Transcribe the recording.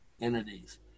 entities